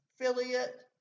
affiliate